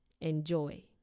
Enjoy